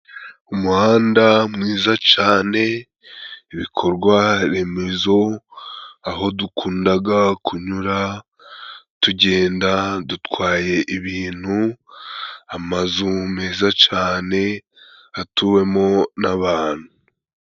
Umuhanda mwiza cane，ibikorwaremezo，aho dukundaga kunyura， tugenda dutwaye ibintu， amazu meza cane atuwemo n'abantu.